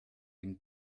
dem